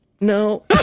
no